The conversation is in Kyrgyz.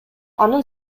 анын